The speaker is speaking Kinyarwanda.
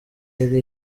yari